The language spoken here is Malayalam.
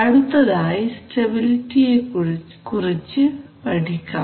അടുത്തതായി സ്റ്റെബിലിറ്റിയെകുറിച്ച് വിശദമായി പഠിക്കാം